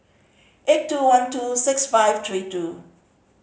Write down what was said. eight two one two six five three two